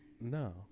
No